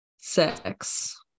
six